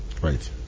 Right